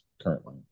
currently